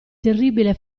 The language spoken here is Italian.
terribile